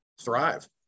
thrive